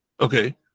Okay